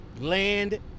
Land